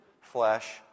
flesh